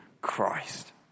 Christ